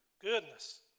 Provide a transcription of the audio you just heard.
Goodness